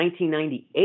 1998